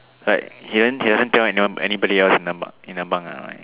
like he don't he doesn't tell anyone anybody else in a bunk in a bunk ah like